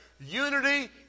Unity